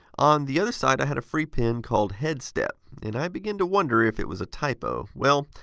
on the other side, i had a free pin called head step and i began to wonder if it was a typo. well,